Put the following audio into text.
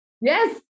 Yes